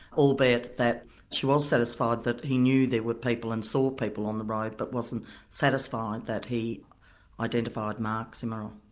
albeit that she was satisfied that he knew there were people and saw people on the road but wasn't satisfied that he identified mark zimmer.